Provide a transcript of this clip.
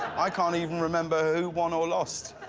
i can't even remember who won or lost.